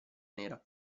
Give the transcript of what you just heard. nera